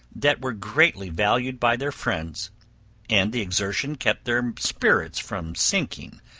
that were greatly valued by their friends and the exertion kept their spirits from sinking,